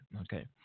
okay